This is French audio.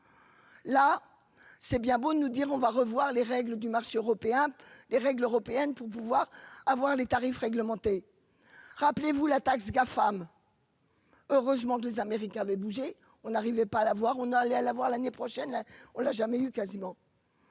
La c'est bien beau de nous dire, on va revoir les règles du marché européen des règles européennes pour pouvoir avoir les tarifs réglementés. Rappelez-vous la taxe Gafam.-- Heureusement que les Américains avaient bougé on n'arrivait pas à l'avoir, on allait à la voir l'année prochaine. On l'a jamais eu quasiment.